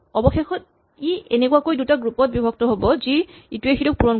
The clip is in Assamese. অৱশেষত ই এনেকুৱাকৈ দুটা গ্ৰুপ ত বিভক্ত হ'ব যি ইটোৱে সিটোক পূৰণ কৰিব